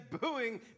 booing